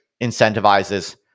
incentivizes